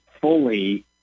fully